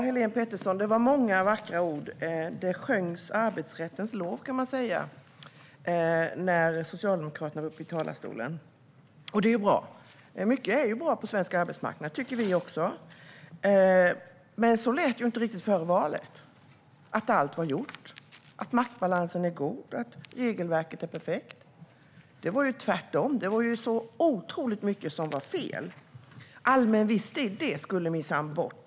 Herr talman! Det var många vackra ord, Helén Pettersson. Arbetsrättens lov sjöngs när Socialdemokraterna var uppe i talarstolen. Och det är bra. Mycket är bra på svensk arbetsmarknad. Det tycker vi också. Men så lät det inte riktigt före valet. Då sa Socialdemokraterna inte att allt var gjort, att maktbalansen var god och att regelverket var perfekt. Det var tvärtom. Det var otroligt mycket som var fel. Allmän visstid skulle minsann bort.